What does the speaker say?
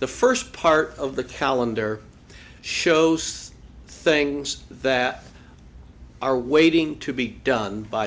the first part of the calendar shows things that are waiting to be done by